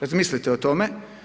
Razmislite o tome.